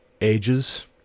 ages